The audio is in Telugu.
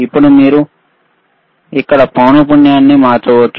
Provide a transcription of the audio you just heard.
ఇప్పుడు మీరు ఇక్కడ పౌనపున్యంని మార్చవచ్చు